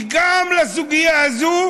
וגם בסוגיה הזאת